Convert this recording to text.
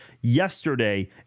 yesterday